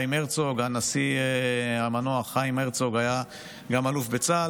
הנשיא המנוח חיים הרצוג היה גם אלוף בצה"ל,